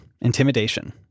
intimidation